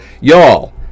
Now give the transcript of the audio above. Y'all